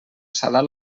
salar